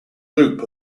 loop